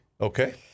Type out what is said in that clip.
okay